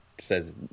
says